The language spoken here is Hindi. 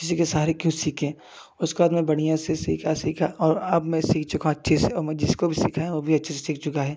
किसी के सहारे क्यों सीखे उसके बाद में बढ़िया से सीखा सीखा और अब मैं सीख चुका अच्छे से और मैं जिसको भी सीखा है वो भी अच्छे से सीख चुका है